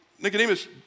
Nicodemus